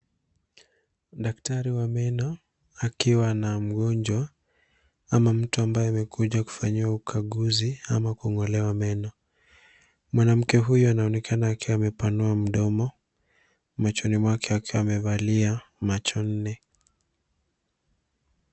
Daktari wa meno akiwa na mgonjwa ama mtu ambaye amekuja kufanyiwa ukaguzi ama kung'olewa meno. Mwanamke huyo anaonekana akiwa amepanua mdomo machoni mwake akiwa amevalia macho nne.